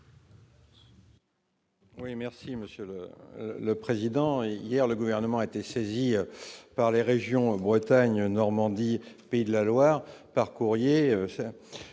Oui, merci Monsieur le Président et hier, le gouvernement a été par les régions Bretagne, Normandie, Pays de la Loire par courrier